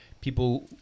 people